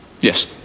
Yes